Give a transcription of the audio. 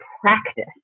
practice